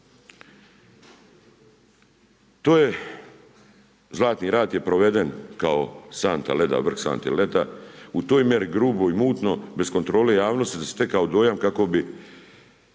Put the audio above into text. To je, Zlatni rat je proveden kao santa leda, vrh sante leda, u toj mjeru gruboj i mutno bez kontrole javnosti se stekao dojam kako bi